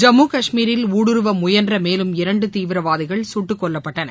ஜம்மு கஷ்மீரில் ஊடுருவ முயன்ற மேலும் இரண்டு தீவிரவாதிகள் சுட்டுக்கொல்லப்பட்டனர்